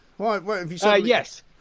Yes